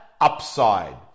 upside